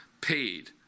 paid